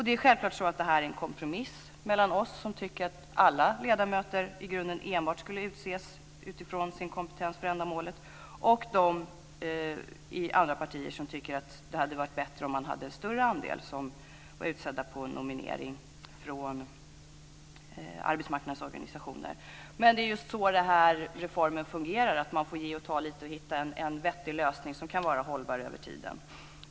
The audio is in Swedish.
Det är självklart så att detta är en kompromiss mellan oss som tycker att alla ledamöter i grunden enbart skulle utses utifrån sin kompetens för ändamålet och de i andra partier som tycker att det hade varit bättre om man hade en större andel som var utsedda efter nominering från arbetsmarknadens organisationer. Men det är ju så den här reformen fungerar. Man får ge och ta lite, och hitta en vettig lösning som kan vara hållbar över tiden.